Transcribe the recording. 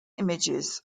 images